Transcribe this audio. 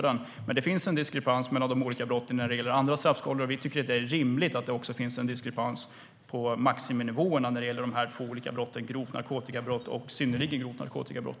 Det finns en diskrepans mellan de olika brotten när det gäller andra straffskalor, och vi tycker att det är rimligt att det också finns en diskrepans mellan maximinivåerna när det gäller de här två olika brotten, alltså grovt narkotikabrott och synnerligen grovt narkotikabrott.